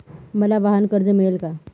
मला वाहनकर्ज मिळेल का?